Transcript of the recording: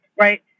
Right